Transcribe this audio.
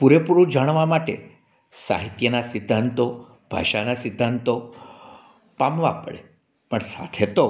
પૂરેપૂરું જાણવા માટે સાહિત્યનાં સિદ્ધાંતો ભાષાનાં સિદ્ધાંતો પામવા પડે પણ સાથે તો